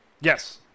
Yes